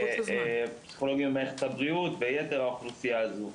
פסיכולוגים במערכת הבריאות ויתר האוכלוסיה הזאת.